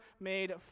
made